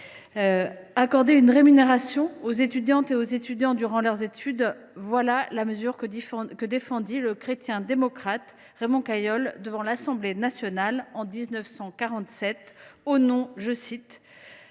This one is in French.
accorder une rémunération aux étudiantes et aux étudiants durant leurs études, voilà la mesure que défendit le chrétien démocrate Raymond Cayol devant l’Assemblée nationale en 1947 au nom « de